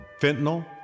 Fentanyl